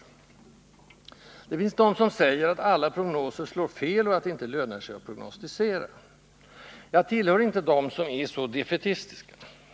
Det finns de som säger att alla prognoser slår fel och att det inte lönar sig att prognostisera. Jag tillhör inte dem som är så defaitistiska.